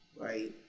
right